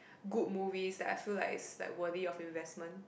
good movies that I feel like is like worthy of investment